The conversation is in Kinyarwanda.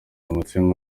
umutsima